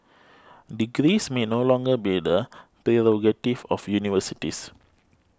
degrees may no longer be the prerogative of universities